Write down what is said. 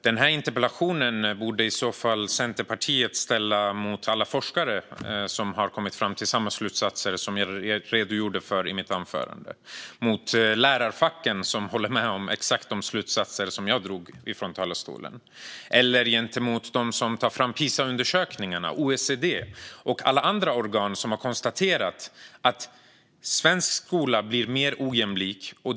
Den här interpellationen borde Centerpartiet ställa till alla forskare som har kommit fram till alla slutsatser som jag redogjorde för i mitt anförande, till lärarfacken som håller med om exakt de slutsatser som jag föredrog i talarstolen, eller till dem som tar fram Pisaundersökningarna, till OECD och alla andra organ som har konstaterat att svensk skola blir mer ojämlik.